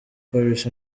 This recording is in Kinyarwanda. paris